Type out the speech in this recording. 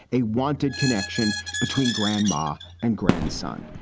a wanted connection between grandma and grandson,